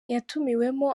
yatumiwemo